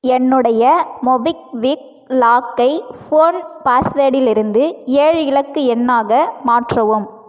என்னுடைய மோபிக்விக் லாக்கை ஃபோன் பாஸ்வேடிலிருந்து ஏழு இலக்கு எண்ணாக மாற்றவும்